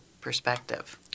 perspective